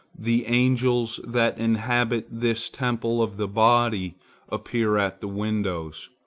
the angels that inhabit this temple of the body appear at the windows,